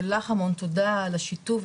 ולך המון תודה על השיתוף,